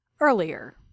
earlier